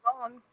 on